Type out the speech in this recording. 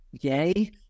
yay